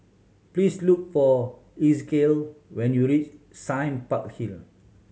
please look for Ezekiel when you reach Sime Park Hill